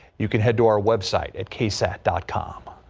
you can head to our website at ksat dot com.